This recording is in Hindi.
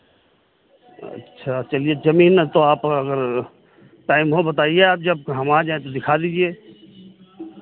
अच्छा चलिए ज़मीन तो आप अगर टाइम हो बताइए आप जब हम आ जाएँ तो दिखा दीजिए